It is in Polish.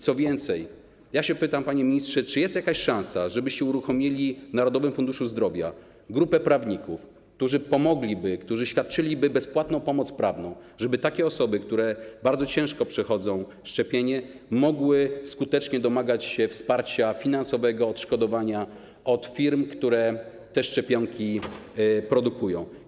Co więcej, pytam się, panie ministrze, czy jest jakaś szansa, żebyście uruchomili w Narodowym Funduszu Zdrowia grupę prawników, którzy pomogliby, świadczyliby bezpłatną pomoc prawną, żeby takie osoby, które bardzo ciężko przechodzą szczepienie, mogły skutecznie domagać się wsparcia finansowego, odszkodowania od firm, które te szczepionki produkują?